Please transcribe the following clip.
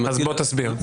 אז בוא תסביר.